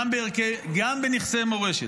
גם בנכסי מורשת.